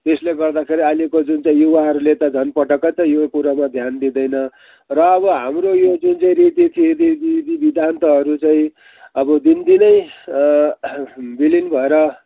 त्यसले गर्दा अहिलेको जुन चाहिँ युवाहरूले त पटक्कै त यो कुरोमा ध्यान दिँदैन र अब हाम्रो यो जुन चाहिँ रीतिथिति विधि विधान्तहरू चाहिँ अब दिनदिनै विलिन भएर